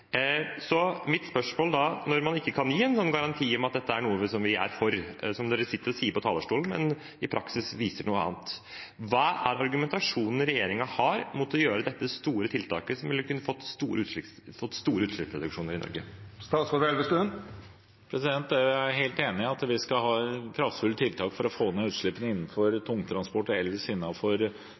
Mitt spørsmål er: Når man ikke kan gi en slik garanti om at dette er noe man er for – man sier det på talerstolen, men praksis viser noe annet – hva er argumentasjonen regjeringen har mot å gjøre dette store tiltaket, som ville ført til store utslippsreduksjoner i Norge? Jeg er helt enig i at vi skal ha kraftfulle tiltak for å få ned utslippene innenfor